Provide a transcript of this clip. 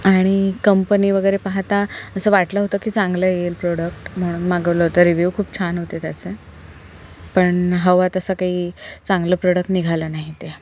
आणि कंपनी वगैरे पाहता असं वाटलं होतं की चांगलं येईल प्रोडक्ट म्हणून मागवलं होतं रीव्यू खूप छान होते त्याचे पण हवं तसं काही चांगलं प्रोडक्ट निघालं नाही ते